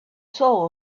soul